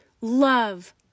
love